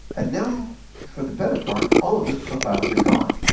and now for the better part all of those profiles are gone.